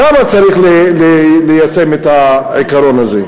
שם צריך ליישם את העיקרון הזה.